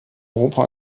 europa